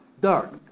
Dark